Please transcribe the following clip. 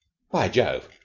by jove,